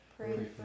Pray